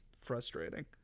frustrating